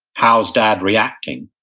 how's dad reacting?